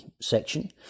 section